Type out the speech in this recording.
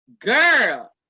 girl